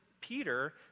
Peter